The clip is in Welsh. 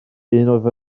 oedd